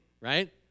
right